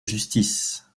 justice